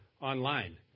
online